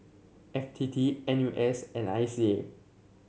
F T T N U S and I C A